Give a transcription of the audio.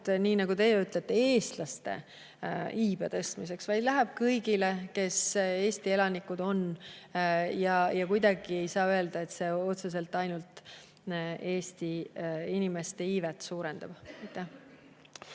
nagu teie ütlete, eestlaste iibe tõstmiseks, vaid lähevad kõigile, kes on Eesti elanikud. Kuidagi ei saa öelda, et need otseselt ainult Eesti inimeste iivet suurendavad.